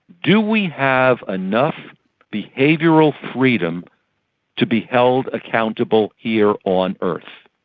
do we have enough behavioural freedom to be held accountable here on earth?